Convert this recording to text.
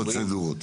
פרוצדורות.